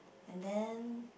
and then